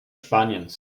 spaniens